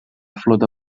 flota